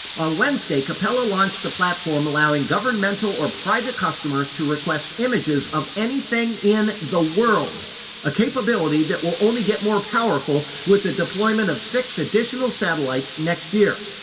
on wednesday, capella launched a platform allowing governmental or private customers to request images of anything in the world a capability that will only get more powerful with the deployment of six additional satellites next year.